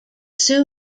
sue